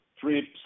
trips